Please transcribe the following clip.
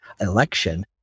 election